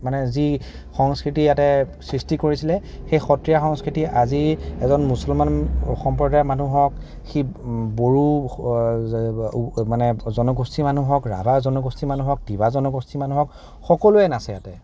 মানে যি সংস্কৃতি ইয়াতে সৃষ্টি কৰিছিলে সেই সত্ৰীয়া সংস্কৃতিয়ে আজি এজন মুছলমান সম্প্ৰদায়ৰ মানুহক সি বড়ো মানে জনগোষ্ঠীৰ মানুহক ৰাভা জনগোষ্ঠীৰ মানুহক তিৱা জনগোষ্ঠীৰ মানুহক সকলোয়ে নাচে ইয়াতে